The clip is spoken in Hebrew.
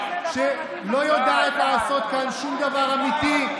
שלא יודעת לעשות כאן שום דבר אמיתי,